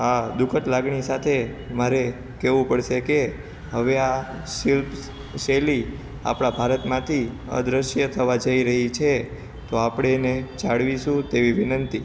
આ દુ ખદ લાગણી સાથે મારે કહેવું પડશે કે હવે આ શિલ્પ શૈલી આપણા ભારતમાંથી અદ્રશ્ય થવા જઈ રહી છે તો આપણે એને જાળવીશું તેવી વિનંતી